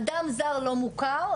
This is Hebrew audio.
אדם זר לא מוכר,